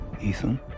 Ethan